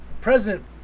president